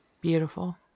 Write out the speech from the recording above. beautiful